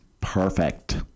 Perfect